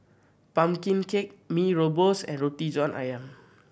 pumpkin cake Mee Rebus and Roti John Ayam